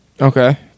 Okay